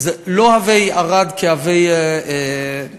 לא הווי ערד כהווי תל-אביב,